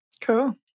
Cool